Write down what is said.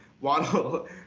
Waddle